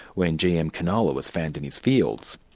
when gm canola was found in his fields.